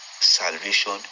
salvation